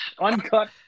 uncut